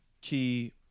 key